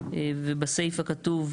בסעיף הכתוב,